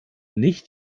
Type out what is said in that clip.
nicht